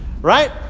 right